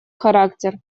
характер